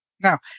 Now